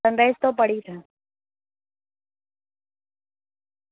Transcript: sunrise તો પડી છે